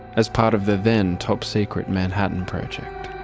as part of the then top-secret manhattan project.